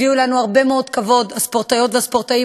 הביאו לנו הרבה מאוד כבוד הספורטאיות והספורטאים